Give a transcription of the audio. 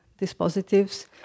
dispositives